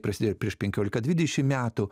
prasidėjo ir prieš penkiolika dvidešim metų